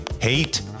hate